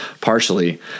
partially